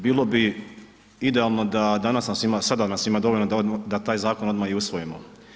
Bilo bi idealno da danas nas ima, sada nas ima dovoljno da taj zakon odmah i usvojimo.